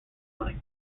money